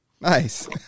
Nice